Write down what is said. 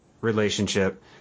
relationship